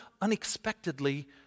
unexpectedly